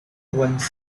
once